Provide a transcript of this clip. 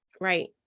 Right